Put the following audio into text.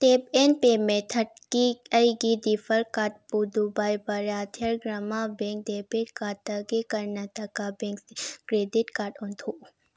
tap and pay ꯃꯦꯊꯠꯀꯤ ꯑꯩꯒꯤ default ꯀꯥꯔꯠꯄꯨ ꯗꯨꯕꯥꯏ ꯕꯔꯌꯥꯊꯤꯌꯔ ꯒ꯭ꯔꯥꯃꯥ ꯕꯦꯡ ꯗꯦꯕꯤꯠ ꯀꯥꯔ꯭ꯗꯇꯒꯤ ꯀꯔꯅꯥꯇꯥꯀꯥ ꯕꯦꯡ ꯀ꯭ꯔꯦꯗꯤꯠ ꯀꯥꯔꯠ ꯑꯣꯟꯊꯣꯛꯎ